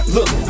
Look